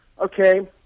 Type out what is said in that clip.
okay